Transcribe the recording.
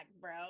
bro